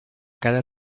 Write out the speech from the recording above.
cada